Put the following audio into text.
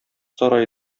сарае